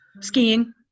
Skiing